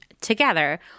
together